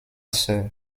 sœur